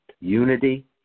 unity